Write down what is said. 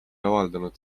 avaldanud